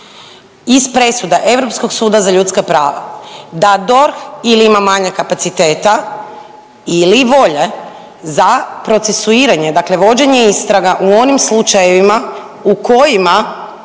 iz presuda Europskog suda za ljudska prava da DORH ili ima manjak kapaciteta ili volje za procesuiranje, dakle vođenje istraga u onim slučajevima u kojima